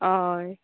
हय